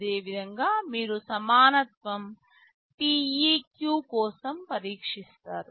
అదేవిధంగా మీరు సమానత్వం TEQ కోసం పరీక్షిస్తారు